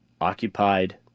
occupied